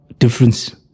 difference